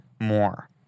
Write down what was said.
more